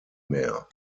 mehr